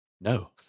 No